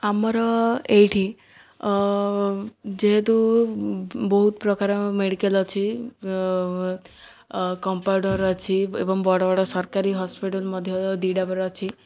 ଆମର ଏଇଠି ଯେହେତୁ ବହୁତ ପ୍ରକାର ମେଡ଼ିକାଲ୍ ଅଛି କମ୍ପାଉଣ୍ଡର୍ ଅଛି ଏବଂ ବଡ଼ ବଡ଼ ସରକାରୀ ହସ୍ପିଟାଲ୍ ମଧ୍ୟ ଦୁଇଟା ହବର ଅଛି